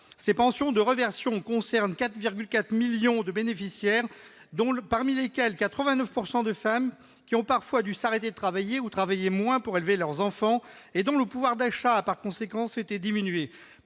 Les pensions de réversion concernent 4,4 millions de bénéficiaires, parmi lesquels 89 % de femmes qui ont parfois dû s'arrêter de travailler ou travailler moins pour élever leurs enfants et dont le pouvoir d'achat a par conséquent été diminué.